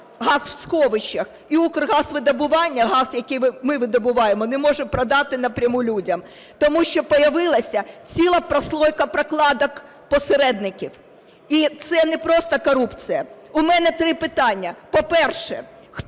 газ в сховищах? І "Укргазвидобування", газ, який ми видобуваємо, не може продати напряму людям? Тому що появилася ціла прослойка прокладок-посередників. І це не просто корупція. У мене три питання. По-перше,